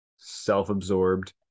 self-absorbed